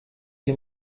que